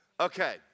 Okay